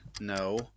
no